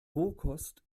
rohkost